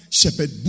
shepherd